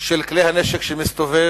של כלי הנשק שמסתובבים